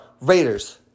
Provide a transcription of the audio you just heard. Raiders